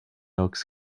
oaks